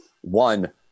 One